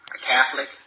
Catholic